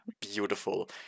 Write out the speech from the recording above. beautiful